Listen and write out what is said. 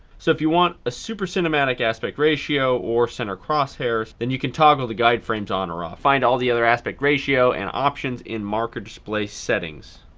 so, if you want a super cinematic aspect ratio or center cross hairs then you can toggle the guide frames on or off. find all the other aspect ratio and options in marker display settings.